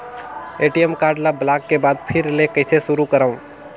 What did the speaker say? ATM card ल block के बाद फिर ले कइसे शुरू करव?